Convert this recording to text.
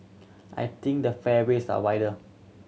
I think the fairways are wider